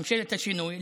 ממשלת השינוי,